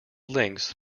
lengths